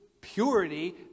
purity